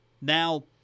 Now